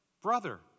brother